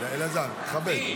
אלעזר, תכבד.